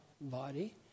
body